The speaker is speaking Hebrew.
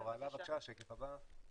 השקף הבא,